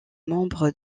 membre